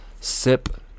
sip